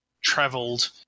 traveled